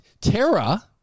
Terra